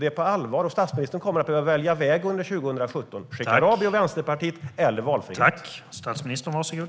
Det är på allvar, och statsministern kommer att behöva välja väg under 2017: Shekarabi och Vänsterpartiet eller valfrihet.